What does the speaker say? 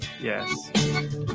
Yes